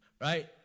right